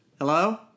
Hello